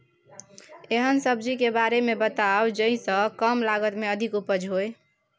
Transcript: एहन सब्जी के बारे मे बताऊ जाहि सॅ कम लागत मे अधिक उपज होय?